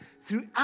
throughout